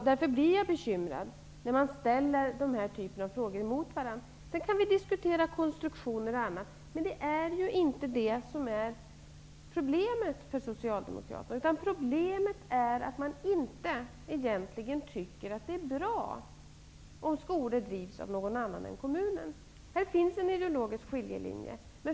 Därför blir jag bekymrad när dessa frågor ställs emot varandra. Sedan kan vi diskutera konstruktioner och annat, men det är ju inte det som är problemet för Socialdemokraterna. Problemet är att de egentligen inte tycker att det är bra om skolor drivs av någon annan än kommunen. Här finns en ideologisk skiljelinje.